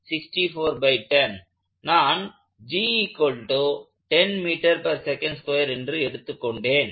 நான் எடுத்துக்கொண்டேன்